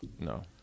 no